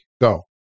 Go